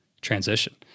transition